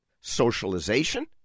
socialization